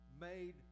made